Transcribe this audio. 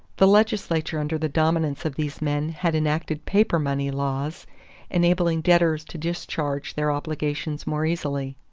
the legislatures under the dominance of these men had enacted paper money laws enabling debtors to discharge their obligations more easily.